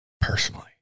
personally